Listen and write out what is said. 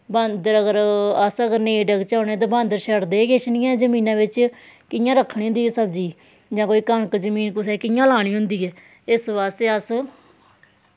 बांदर अगर अस अगर नेईं डकचै उ'नें गी ते बांदर छडदे गै किश निं हैन जमीनै बिच्च कि'यां रक्खनी होंदी सब्जी जां कोई कनक जमीन कुसै कि'यां लानी होंदी ऐ इस बास्ते अस